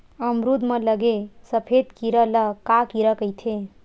अमरूद म लगे सफेद कीरा ल का कीरा कइथे?